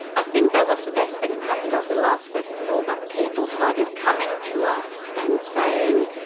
i think that was the best thing that happened after the last festival, that people started coming to us and saying,